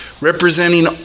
representing